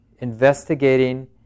investigating